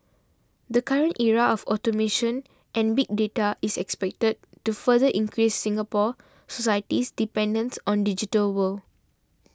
the current era of automation and big data is expected to further increase Singapore society's dependence on digital world